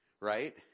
right